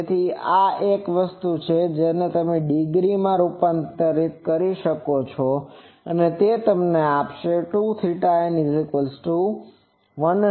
તેથી આ એક વસ્તુ છે અને તમે તેને ડિગ્રી માં રૂપાંતરિત કરી શકો છો જે તમને આપશે 2θn114